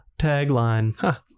tagline